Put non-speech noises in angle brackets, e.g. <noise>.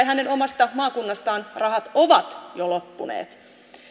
<unintelligible> hänen omasta maakunnastaan rahat ovat jo loppuneet